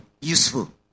useful